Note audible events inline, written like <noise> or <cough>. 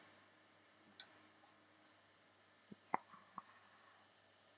<noise> ya